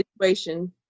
situation